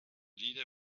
leader